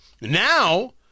Now